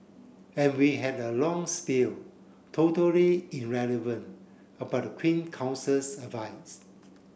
every had a long spiel totally irrelevant about the Queen Counsel's advice